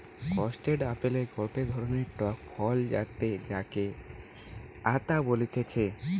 custard apple গটে ধরণের টক ফল যাতে যাকে আতা বলতিছে